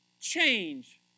change